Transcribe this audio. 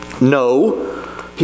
No